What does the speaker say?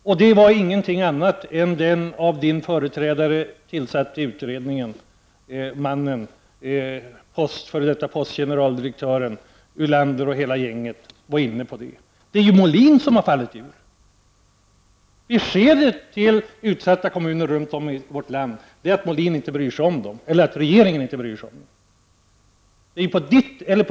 Också den av ministerns företrädare tillsatta utredningen, dvs. f.d. postgeneraldirektören, Ulander och hela gänget, hade denna inriktning. Det är Molin som har retirerat. Beskedet till utsatta kommuner i landet är att regeringen inte bryr sig om dem. Det är på industriministerns initiativ som det har blivit så.